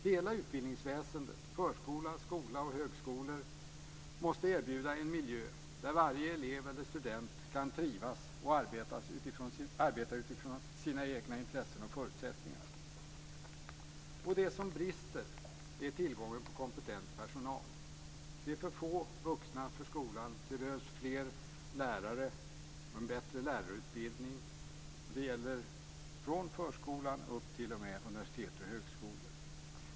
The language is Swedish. Hela utbildningsväsendet, förskola, skola och högskola, måste erbjuda en miljö där varje elev eller student kan trivas och arbeta utifrån sina egna intressen och förutsättningar. Och det som brister är tillgången på kompetent personal. Det är för få vuxna i skolan. Det behövs fler lärare och en bättre lärarutbildning. Och det gäller från förskolan och upp till universitet och högskolor.